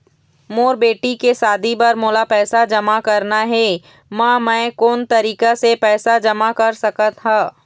मोर बेटी के शादी बर मोला पैसा जमा करना हे, म मैं कोन तरीका से पैसा जमा कर सकत ह?